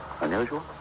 Unusual